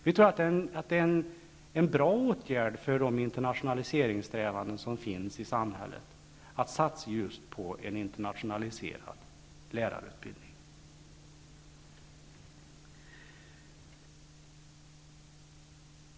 Vi tror att en bra åtgärd för de internationaliseringssträvanden som finns i samhället är en satsning just på en internationaliserad lärarutbildning.